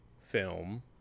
film